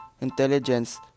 Intelligence